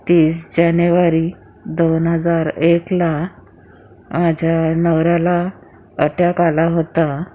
तीस जानेवारी दोन हजार एकला माझ्या नवऱ्याला अटॅक आला होता